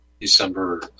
December